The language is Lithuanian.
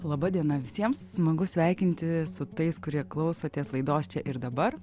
laba diena visiems smagu sveikinti su tais kurie klausotės laidos čia ir dabar